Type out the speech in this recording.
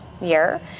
year